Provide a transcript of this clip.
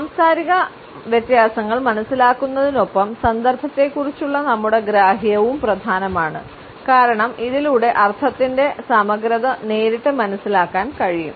സാംസ്കാരിക വ്യത്യാസങ്ങൾ മനസിലാക്കുന്നതിനൊപ്പം സന്ദർഭത്തെക്കുറിച്ചുള്ള നമ്മുടെ ഗ്രാഹ്യവും പ്രധാനമാണ് കാരണം ഇതിലൂടെ അർത്ഥത്തിന്റെ സമഗ്രത നേരിട്ട് മനസ്സിലാക്കാൻ കഴിയും